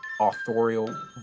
authorial